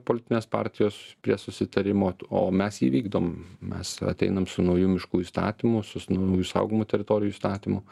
politinės partijos prie susitarimo o mes jį vykdom mes ateinam su nauju miškų įstatymu sus naujų saugomų teritorijų įstatymu